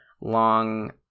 long